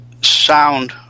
sound